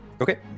okay